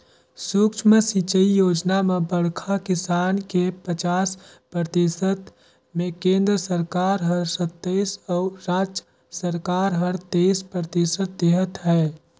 सुक्ष्म सिंचई योजना म बड़खा किसान के पचास परतिसत मे केन्द्र सरकार हर सत्तइस अउ राज सरकार हर तेइस परतिसत देहत है